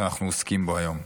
שאנחנו עוסקים בו היום.